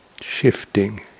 shifting